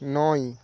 নয়